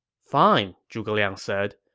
fine, zhuge liang said.